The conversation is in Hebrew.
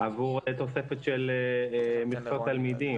עבור תוספת של מכסות תלמידים,